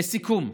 לסיכום,